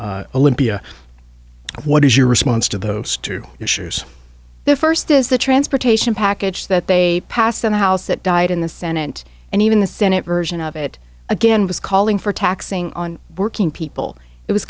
retake olympia what is your response to those two issues the first is the transportation package that they passed in the house that died in the senate and even the senate version of it again was calling for taxing on working people it was